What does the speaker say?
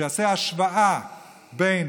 שיעשה השוואה בין